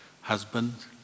husband